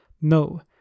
No